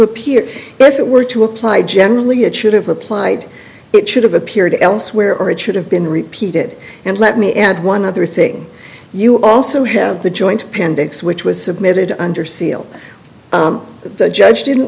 appear if it were to apply generally it should have applied it should have appeared elsewhere or it should have been repeated and let me add one other thing you also have the joint appendix which was submitted under seal the judge didn't